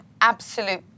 absolute